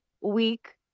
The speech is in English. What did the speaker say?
week